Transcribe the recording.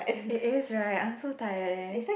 it is [right] I'm so tired eh